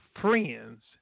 friends